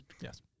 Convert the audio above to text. Yes